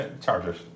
Chargers